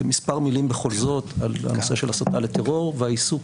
כמה מילים בכל זאת על הנושא של הסתה לטרור והעיסוק